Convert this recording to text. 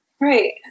Right